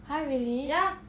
!huh! really